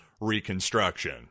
reconstruction